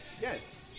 yes